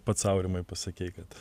pats aurimai pasakei kad